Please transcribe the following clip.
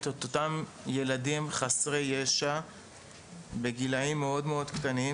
את אותם ילדים חסרי ישע בגילאים מאוד קטנים,